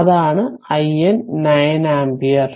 അതാണ് IN 9 ampere